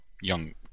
young